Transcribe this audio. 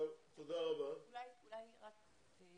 אני רוצה לשאול